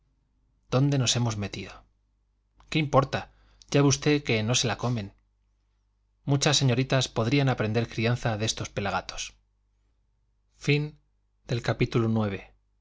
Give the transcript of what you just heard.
dónde nos hemos metido qué importa ya ve usted que no se la comen muchas señoritas podrían aprender crianza de estos pela gatos